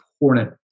important